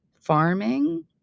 Farming